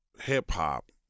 hip-hop